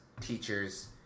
teachers